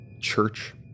church